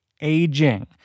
aging